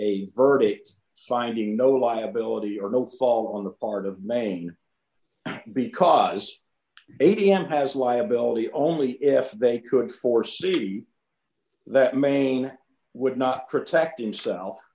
a verdict finding no liability or no fall on the part of maine because a t f has liability only if they could foresee that main would not protect himself